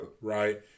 Right